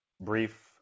brief